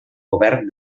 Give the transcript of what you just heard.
govern